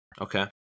Okay